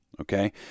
okay